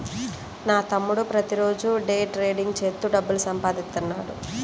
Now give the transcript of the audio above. నా తమ్ముడు ప్రతిరోజూ డే ట్రేడింగ్ చేత్తూ డబ్బులు సంపాదిత్తన్నాడు